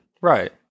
Right